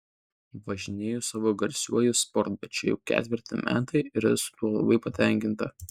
važinėju savo garsiuoju sportbačiu jau ketvirti metai ir esu tuo labai patenkinta